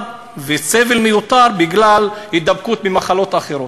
בסבל מיותר בגלל הידבקות במחלות אחרות.